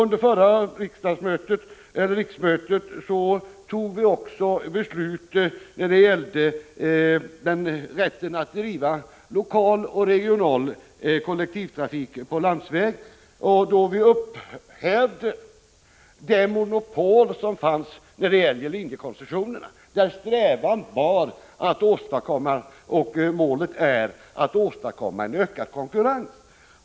Under förra riksmötet fattade vi också beslut om rätten att driva lokal och regional kollektivtrafik på landsväg. Då upphävdes monopolet beträffande linjekoncessionerna, där strävan var och målet nu är att åstadkomma ökad konkurrens.